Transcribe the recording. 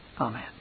Amen